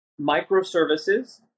microservices